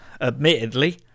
admittedly